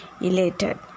elated